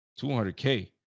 200K